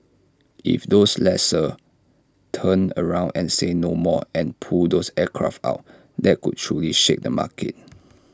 if those lessors turn around and say 'no more' and pull those aircraft out that could truly shake the market